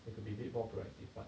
it could be a bit more proactive part